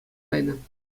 кайнӑ